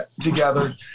together